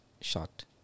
shot